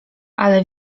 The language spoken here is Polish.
ale